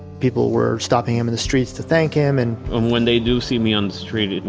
people were stopping him in the streets to thank him and, and when they do see me on the street,